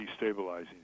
destabilizing